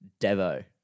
Devo